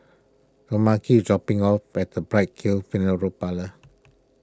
Tomeka dropping off by the Bright Hill Funeral Parlour